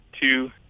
two